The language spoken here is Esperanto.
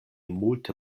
multe